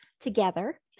together